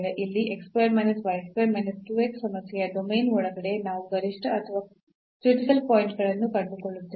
ಇಲ್ಲಿ ಸಮಸ್ಯೆಯ ಡೊಮೇನ್ ಒಳಗಡೆ ನಾವು ಗರಿಷ್ಠ ಅಥವಾ ಕ್ರಿಟಿಕಲ್ ಪಾಯಿಂಟ್ ಗಳನ್ನು ಕಂಡುಕೊಳ್ಳುತ್ತೇವೆ